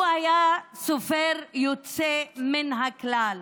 הוא היה סופר יוצא מן הכלל.